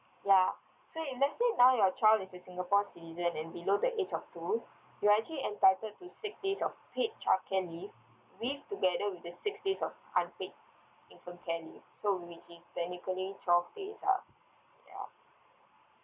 ya so if let's say now your child is a singapore citizen and below the age of two you're actually entitled to six days of paid childcare leave with together with the six days of unpaid infant care leave so which is technically twelve days ah ay